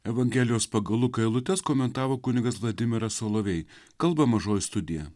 evangelijos pagal luką eilutes komentavo kunigas vladimiras solovej kalba mažoji studija